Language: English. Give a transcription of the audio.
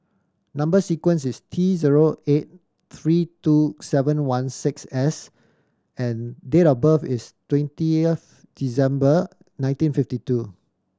number sequence is T zero eight three two seven one six S and date of birth is twentieth December nineteen fifty two